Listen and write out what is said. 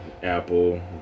Apple